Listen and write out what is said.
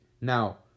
Now